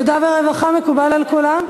עבודה ורווחה מקובל על כולם?